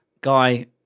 Guy